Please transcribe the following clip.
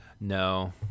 No